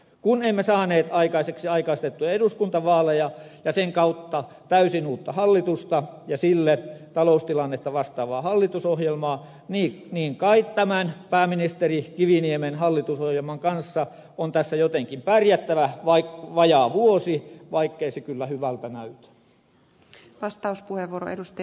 kun emme saaneet aikaiseksi aikaistettuja eduskuntavaaleja ja sen kautta täysin uutta hallitusta ja sille taloustilannetta vastaavaa hallitusohjelmaa niin on kai tämän pääministeri kiviniemen hallitusohjelman kanssa tässä jotenkin pärjättävä vajaa vuosi vaikkei se kyllä hyvältä näytä